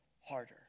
harder